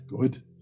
good